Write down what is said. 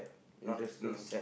interesting